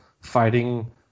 fighting